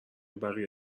بقیه